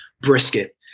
brisket